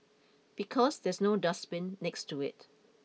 because there's no dustbin next to it